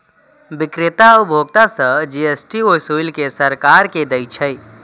बिक्रेता उपभोक्ता सं जी.एस.टी ओसूलि कें सरकार कें दै छै